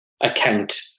account